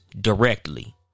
directly